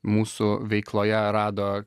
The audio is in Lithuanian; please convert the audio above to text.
mūsų veikloje rado